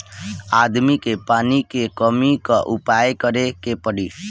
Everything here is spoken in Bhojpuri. आदमी के पानी के कमी क उपाय करे के पड़ी